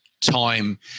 time